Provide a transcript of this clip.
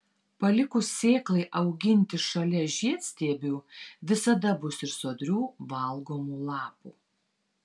palikus sėklai auginti šalia žiedstiebių visada bus ir sodrių valgomų lapų